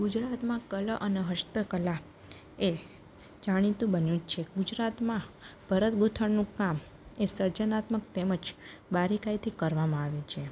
ગુજરાતમાં કલા અને હસ્તકલા એ જાણીતું બન્યું છે ગુજરાતમાં ભરત ગૂંથણનું કામ એ સર્જનાત્મક તેમજ બારીકાઈથી કરવામાં આવે છે